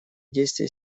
действие